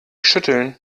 schütteln